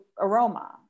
aroma